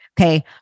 okay